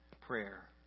prayer